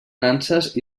nanses